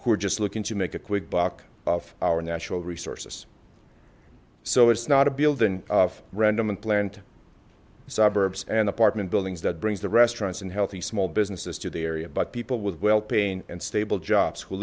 who are just looking to make a quick buck off our national resources so it's not a building of random unplanned suburbs and apartment buildings that brings the restaurants and healthy small businesses to the area but people with pain and stable job